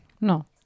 No